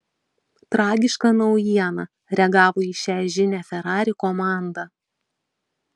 tragiška naujiena reagavo į šią žinią ferrari komanda